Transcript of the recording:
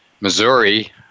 Missouri